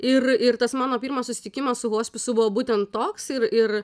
ir ir tas mano pirmas susitikimas su hospisu buvo būtent toks ir ir